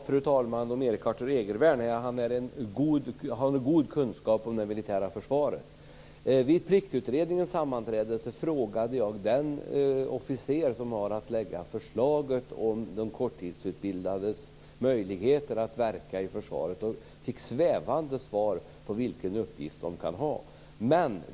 Fru talman! Min vetskap om Erik Arthur Egervärn är att han har god kunskap om det militära försvaret. Vid Pliktutredningens sammanträde frågade jag den officer som har att lägga fram förslaget, om de korttidsutbildades möjligheter att verka i försvaret och fick svävande svar på vilken uppgift de kan ha.